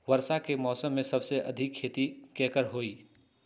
वर्षा के मौसम में सबसे अधिक खेती केकर होई?